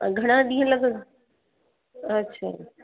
घणा ॾींहं लॻनि अच्छा